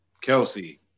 Kelsey